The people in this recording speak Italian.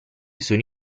sono